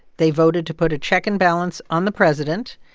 they voted to put a check and balance on the president.